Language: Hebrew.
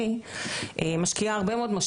זה שהבנו לגבי היהדות,